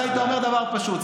היית אומר דבר פשוט,